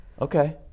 Okay